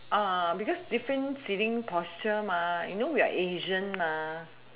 because different seating posture you know we are asian